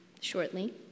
shortly